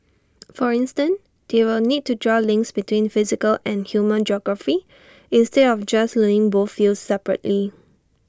for instance they will need to draw links between physical and human geography instead of just learning both fields separately